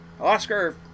Oscar